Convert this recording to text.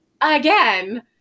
again